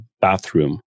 bathroom